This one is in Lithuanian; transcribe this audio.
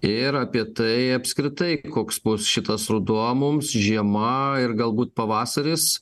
ir apie tai apskritai koks bus šitas ruduo mums žiema ir galbūt pavasaris